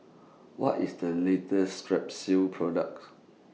What IS The latest Strepsils products